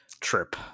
trip